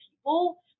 people